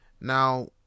Now